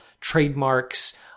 trademarks